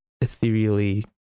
ethereally